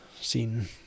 seen